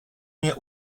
nie